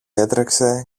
έτρεξε